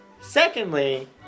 Secondly